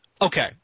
Okay